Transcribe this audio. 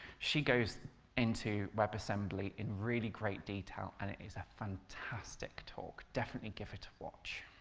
she goes into webassembly in really great detail and it is a fantastic talk. definitely give it a watch.